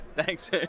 Thanks